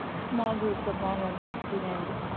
small groups of vulnerable students,